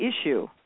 issue